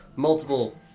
multiple